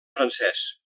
francès